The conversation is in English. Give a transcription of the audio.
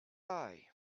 eye